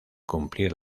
cumplir